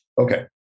Okay